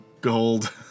gold